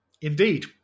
Indeed